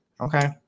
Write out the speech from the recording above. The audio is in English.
Okay